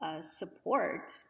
support